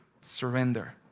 surrender